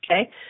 okay